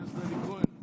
הכנסת אלי כהן.